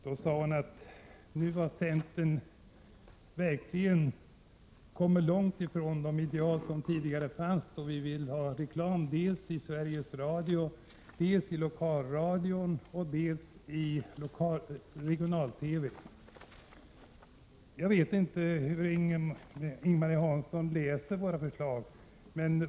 Då sade hon att centern verkligen hade kommit långt från sina tidigare ideal, för centern vill ha reklam dels i Sveriges Radio, dels i lokalradion, dels i närradion. Jag vet inte hur Ing-Marie Hansson läser våra förslag.